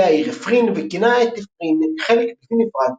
העיר עפרין" וכינה את עפרין חלק בלתי נפרד מסוריה.